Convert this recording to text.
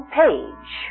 page